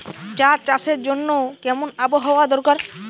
চা চাষের জন্য কেমন আবহাওয়া দরকার?